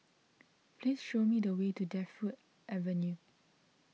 please show me the way to Defu Avenue